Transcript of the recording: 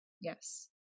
Yes